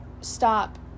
stop